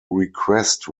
request